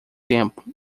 tempo